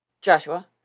Joshua